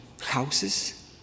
houses